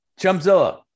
Chumzilla